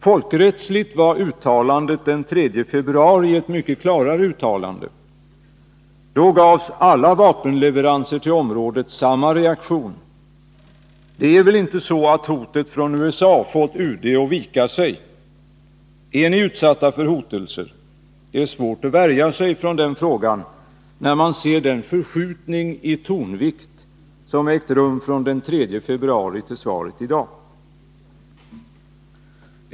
Folkrättsligt var uttalandet av den 3 februari mycket klarare. Då möttes alla vapenleveranser till området av samma reaktion. Det är väl inte så att hotet från USA fått UD att vika sig? Är ni utsatta för hotelser? Det är svårt att värja sig för det intrycket, när man ser den förskjutning i tonvikten som ägt rum från den 3 februari och fram till svaret i dag.